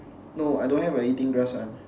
no I don't have a eating grass one